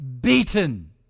beaten